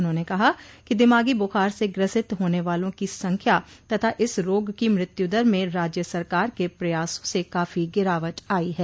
उन्हाने कहा कि दिमागी बुखार से ग्रसित होने वालों की संख्या तथा इस रोग की मृत्युदर में राज्य सरकार के प्रयासों से काफी गिरावट आई है